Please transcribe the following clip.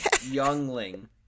Youngling